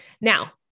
Now